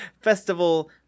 Festival